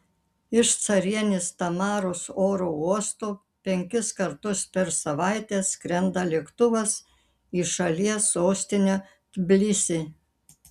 iš carienės tamaros oro uosto penkis kartus per savaitę skrenda lėktuvas į šalies sostinę tbilisį